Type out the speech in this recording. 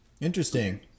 interesting